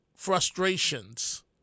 frustrations